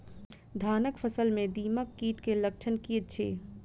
धानक फसल मे दीमक कीट केँ लक्षण की अछि?